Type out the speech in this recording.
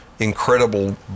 Incredible